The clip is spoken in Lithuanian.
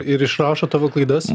ir išrašo tavo klaidas